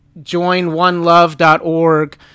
joinonelove.org